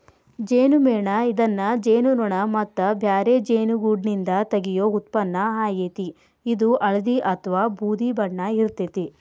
ಜೇನುಮೇಣ ಇದನ್ನ ಜೇನುನೋಣ ಮತ್ತ ಬ್ಯಾರೆ ಜೇನುಗೂಡ್ನಿಂದ ತಗಿಯೋ ಉತ್ಪನ್ನ ಆಗೇತಿ, ಇದು ಹಳ್ದಿ ಅತ್ವಾ ಬೂದಿ ಬಣ್ಣ ಇರ್ತೇತಿ